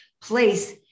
Place